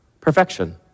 perfection